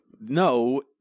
no